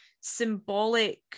symbolic